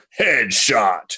headshot